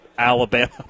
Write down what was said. Alabama